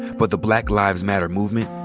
but the black lives matter movement,